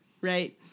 Right